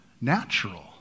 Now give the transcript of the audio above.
natural